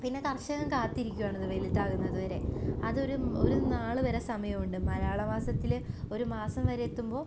പിന്നെ കർഷകൻ കാത്തിരിക്കുവാണ് ഇത് വലുതാകുന്നതുവരെ അതൊരു ഒരു നാളുവരെ സമയമുണ്ട് മലയാള മാസത്തിൽ ഒരു മാസം വരെ എത്തുമ്പോൾ